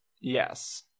Yes